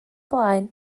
blaen